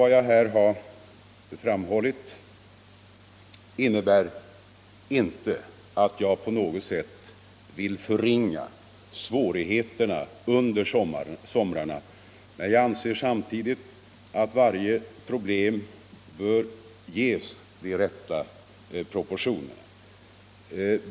Vad jag här har framhållit innebär inte att jag på något sätt vill förringa svårigheterna under somrarna, men jag anser samtidigt att varje problem bör ges de rätta proportionerna.